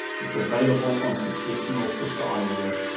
it's available on traditional cisco ios,